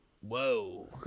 Whoa